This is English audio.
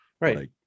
Right